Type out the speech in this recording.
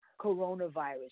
coronavirus